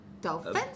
Dolphins